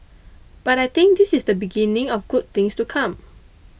but I think this is the beginning of good things to come